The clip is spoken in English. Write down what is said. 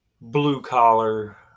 blue-collar